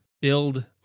build